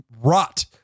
rot